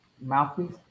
Mouthpiece